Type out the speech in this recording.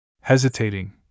Hesitating